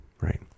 Right